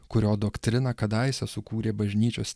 kurio doktriną kadaise sukūrė bažnyčios